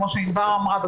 כמו שענבר אמרה,